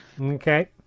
Okay